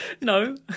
No